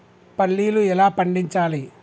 పల్లీలు ఎలా పండించాలి?